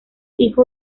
hijo